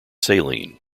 saline